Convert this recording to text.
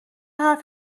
حرف